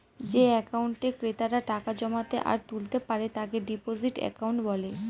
যে একাউন্টে ক্রেতারা টাকা জমাতে আর তুলতে পারে তাকে ডিপোজিট একাউন্ট বলে